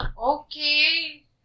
Okay